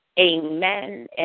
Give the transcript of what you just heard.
Amen